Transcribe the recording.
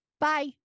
Bye